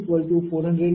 6 MW0